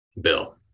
Bill